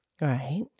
Right